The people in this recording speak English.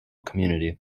community